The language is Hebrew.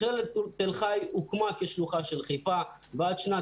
מכללת חיפה הוקמה כשלוחה של חיפה ועד שנת